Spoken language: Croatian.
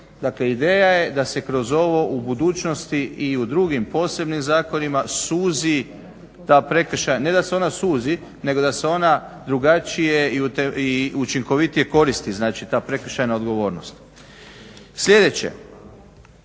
Dakle, ideja je da se kroz ovo u budućnosti i u drugim posebnim zakonima suzi, ne da se ona suzi nego da se ona drugačije i učinkovitije koristi, ta prekršajna odgovornost. Sljedeće,